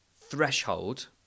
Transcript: threshold